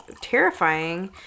terrifying